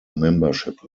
membership